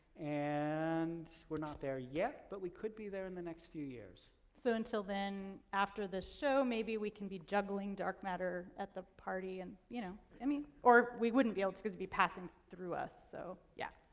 and we're not there yet, but we could be there in the next few years. so, until then, after this show, maybe we could be juggling dark matter at the party and, you know. i mean or, we wouldn't be able to, because it'd be passing through us, so, yeah.